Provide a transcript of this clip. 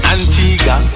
Antigua